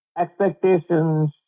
expectations